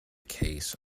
case